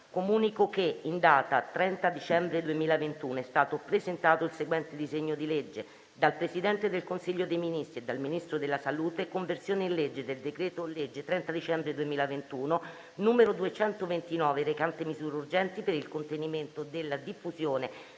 In data 30 dicembre 2021, è stato presentato il seguente disegno di legge: *dal Presidente del Consiglio dei ministri e dal Ministro della salute:* «Conversione in legge del decreto-legge 30 dicembre 2021, n. 229, recante misure urgenti per il contenimento della diffusione